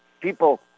People